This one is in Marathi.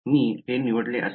मी हे निवडले असते